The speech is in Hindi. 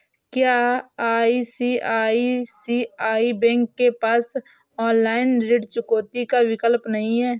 क्या आई.सी.आई.सी.आई बैंक के पास ऑनलाइन ऋण चुकौती का विकल्प नहीं है?